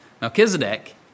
Melchizedek